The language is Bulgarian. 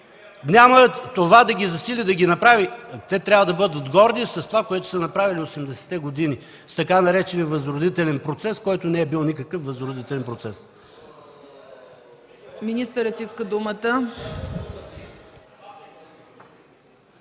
няма да ги засили, да ги направи ... Те трябва да бъдат горди с това, което са направили 80-те години с така наречения Възродителен процес, който не е бил никакъв Възродителен процес.